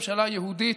ממשלה יהודית,